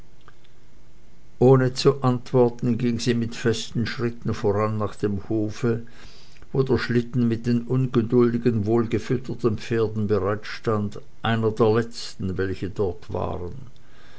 ohne zu antworten ging sie festen schrittes voran nach dem hofe wo der schlitten mit den ungeduldigen wohlgefütterten pferden bereitstand einer der letzten welche dort waren